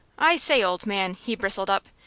i say, old man, he bristled up,